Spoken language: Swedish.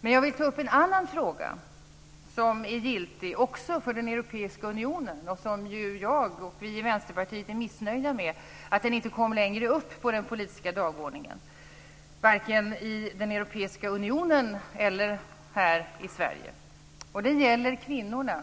Men jag vill ta upp en annan fråga som är giltig också för den europeiska unionen och där jag och vi i Vänsterpartiet är missnöjda med att den inte kom längre upp på den politiska dagordningen, varken i den europeiska unionen eller här i Sverige. Det gäller kvinnorna,